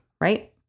right